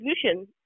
solution